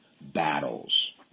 battles